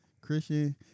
Christian